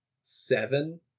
seven